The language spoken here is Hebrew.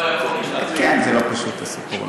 כן, זה לא פשוט, זה סיפור.